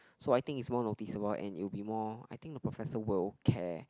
so I think is more noticeable and it would be more I think the professor will care